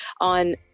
on